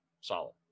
solid